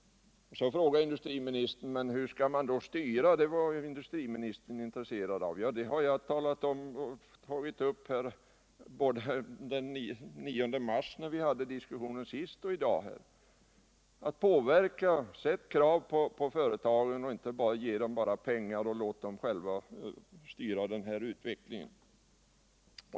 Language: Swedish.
Sedan frågar industriministern: Hur skall man då styra? Det var industri ministern intresserad av. Detta har jag tagit upp både den 9 mars, när vi hade diskussion senast, och i dag: Påverka, ställ villkor på företagen och ge dem inte bara pengar och låt dem inte bara själva styra utvecklingen!